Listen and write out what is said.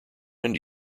end